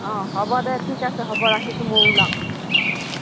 অঁ হ'ব দে ঠিক আছে হ'ব ৰাখিছোঁ ময়ো ওলাওঁ